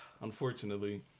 unfortunately